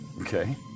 Okay